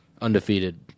Undefeated